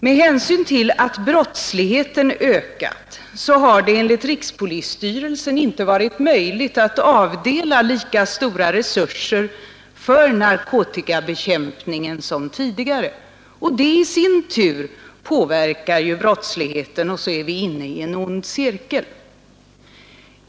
Med hänsyn till att brottsligheten ökat har det enligt rikspolisstyrelsen inte varit möjligt att avdela lika stora resurser för narkotikabekämpningen som tidigare, och det i sin tur påverkar ju brottsligheten, och så är vi inne i en ond cirkel.